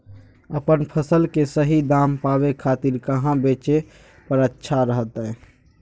अपन फसल के सही दाम पावे खातिर कहां बेचे पर अच्छा रहतय?